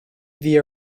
the